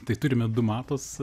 tai turime du matus